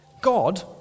God